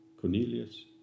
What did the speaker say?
Cornelius